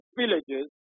villages